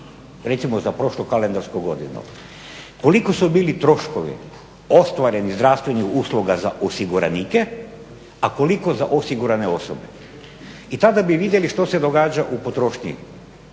recimo za prošlu kalendarsku godinu, koliko su bili troškovi ostvareni zdravstvenih usluga za osiguranike, a koliko za osigurane osobe? I tada bi vidjeli što se događa u potrošnji